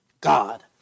God